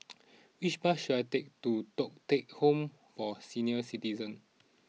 which bus should I take to Thong Teck Home for Senior Citizens